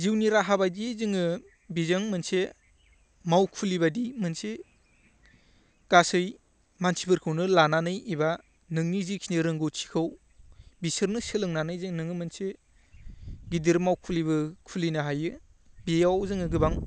जिउनि राहा बायदि जोङो बेजों मोनसे मावखुलिबायदि मोनसे गासै मानसिफोरखौनो लानानै एबा नोंनि जिखिनि रोंगौथिखौ बिसोरनो सोलोंनानै जे नोङो मोनसे गेदेर मावखुलिबो खुलिनो हायो बेयाव जोङो गोबां